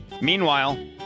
Meanwhile